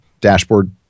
Dashboard